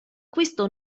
questo